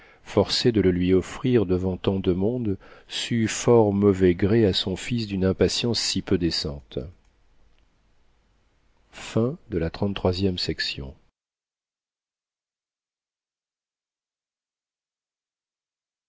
forcé de le lui offrir devant tant de monde sut fort mauvais gré à son fils d'une impatience si peu décente